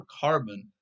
carbon